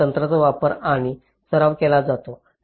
तर या तंत्राचा वापर आणि सराव केला जातो